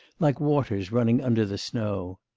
like waters running under the snow,